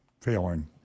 failing